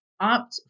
opt